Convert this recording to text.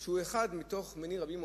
שהוא אחד מני רבים.